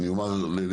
אני אומר לזכותך,